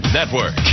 Network